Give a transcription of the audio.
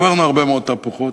עברנו הרבה מאוד תהפוכות.